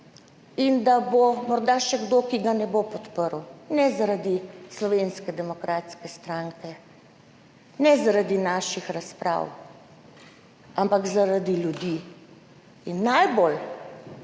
in da bo morda še kdo, ki ga ne bo podprl, ne zaradi Slovenske demokratske stranke, ne zaradi naših razprav, ampak zaradi ljudi. Najbolj